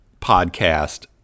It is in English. podcast